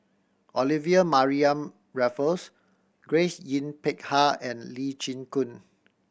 Olivia Mariamne Raffles Grace Yin Peck Ha and Lee Chin Koon